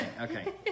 Okay